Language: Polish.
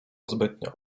zbytnio